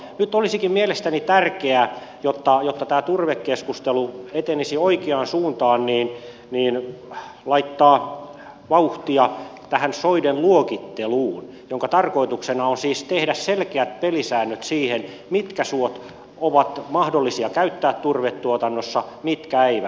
nyt olisikin mielestäni tärkeää jotta tämä turvekeskustelu etenisi oikeaan suuntaan laittaa vauhtia tähän soiden luokitteluun jonka tarkoituksena on siis tehdä selkeät pelisäännöt siihen mitkä suot ovat mahdollisia käyttää turvetuotannossa mitkä eivät